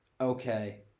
okay